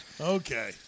Okay